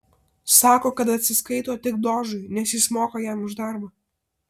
sako kad atsiskaito tik dožui nes jis moka jam už darbą